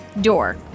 door